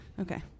Okay